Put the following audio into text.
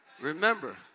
Remember